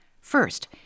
First